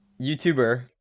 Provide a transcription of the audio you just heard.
YouTuber